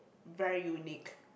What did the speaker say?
very unique